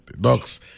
Docs